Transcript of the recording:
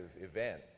event